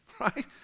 right